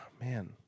man